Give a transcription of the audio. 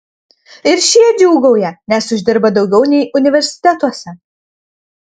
ir šie džiūgauja nes uždirba daugiau nei universitetuose